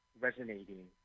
resonating